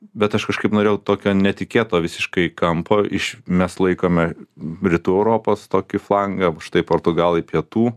bet aš kažkaip norėjau tokio netikėto visiškai kampo iš mes laikome rytų europos tokį flangą štai portugalai pietų